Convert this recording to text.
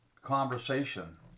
conversation